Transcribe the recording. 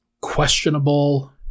questionable